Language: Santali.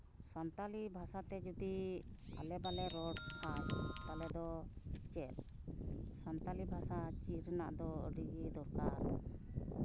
ᱥᱟᱱᱛᱟᱞᱤ ᱵᱷᱟᱥᱟ ᱛᱮ ᱡᱩᱫᱤ ᱟᱞᱮ ᱵᱟᱝᱞᱮ ᱨᱚᱲ ᱠᱷᱟᱡ ᱛᱟᱦᱚᱞᱮ ᱫᱚ ᱥᱟᱱᱛᱟᱞᱤ ᱵᱷᱟᱥᱟ ᱪᱮᱫ ᱨᱮᱱᱟᱜ ᱫᱚ ᱟᱹᱰᱤᱜᱮ ᱫᱚᱨᱠᱟᱨ